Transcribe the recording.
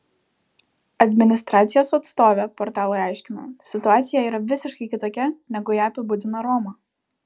administracijos atstovė portalui aiškino situacija yra visiškai kitokia negu ją apibūdina roma